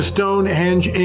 Stonehenge